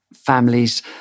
families